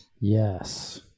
Yes